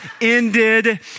ended